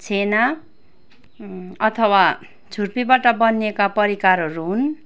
छेना अथवा छुर्पीबाट बनिएका परिकारहरू हुन्